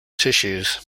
tissues